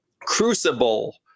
crucible